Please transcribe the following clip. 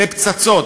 לפצצות.